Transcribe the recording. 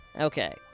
okay